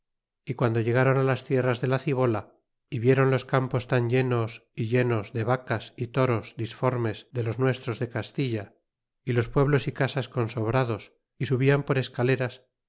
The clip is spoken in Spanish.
y guando llegron las tierras de la cibola y vieron los campos tan llenos y llenos de vacas y toros disformes de los nuestros de castilla y los pueblos y casas con sobrados y subian por escaleras